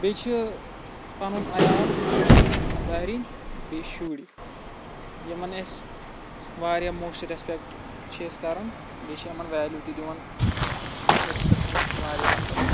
بیٚیہِ چھِ پَنُن عَیال کھانٛداریٚنۍ بیٚیہِ شُٔرۍ یِمَن اَسہِ وارِیاہ موسٹ رِیسپٮ۪کٹ چھِ أسۍ کَران بیٚیہِ چھِ یِمَن وِیلیٛوٗ تہِ دِوان رِشتَس منٛز وارِیاہ اَصٕل